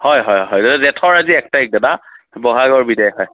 হয় হয় হয় দাদা জেঠৰ আজি এক তাৰিখ দাদা বহাগৰ বিদায় হয়